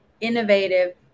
innovative